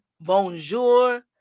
bonjour